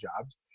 jobs